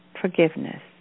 forgiveness